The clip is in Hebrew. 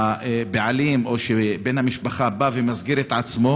שזה הבעלים, או שבן המשפחה בא ומסגיר את עצמו,